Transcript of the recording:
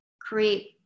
create